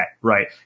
right